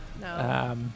No